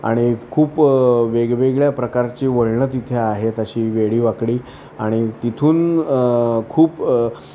आणि खूप वेगवेगळ्या प्रकारची वळणं तिथे आहेत अशी वेडीवाकडी आणि तिथून खूप